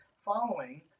Following